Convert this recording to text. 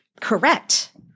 Correct